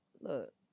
look